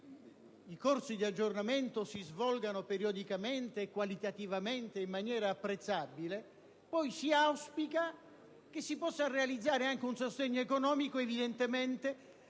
i corsi di aggiornamento si svolgano periodicamente e qualitativamente in maniera apprezzabile, si auspica poi che si possa realizzare anche un sostegno economico per quelle